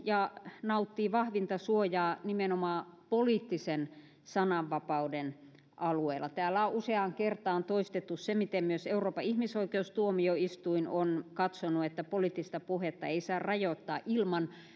ja nauttii vahvinta suojaa nimenomaan poliittisen sananvapauden alueella täällä on useaan kertaan toistettu se miten myös euroopan ihmisoikeustuomioistuin on katsonut että poliittista puhetta ei saa rajoittaa ilman